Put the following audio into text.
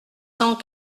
cent